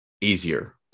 easier